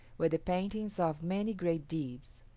were the paintings of many great deeds.